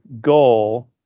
goal